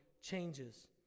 changes